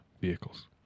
vehicles